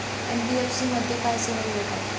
NBFC मध्ये काय सेवा मिळतात?